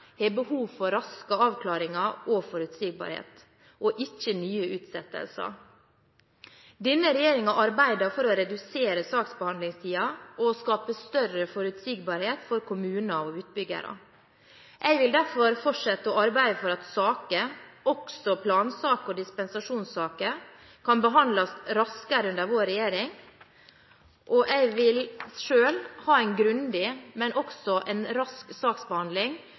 har behov for raske avklaringer og forutsigbarhet, ikke nye utsettelser. Denne regjeringen arbeider for å redusere saksbehandlingstiden og skape større forutsigbarhet for kommuner og utbyggere. Jeg vil derfor fortsette å arbeide for at saker – også plansaker og dispensasjonssaker – kan behandles raskere under vår regjering. Og jeg vil selv ha en grundig, men også rask saksbehandling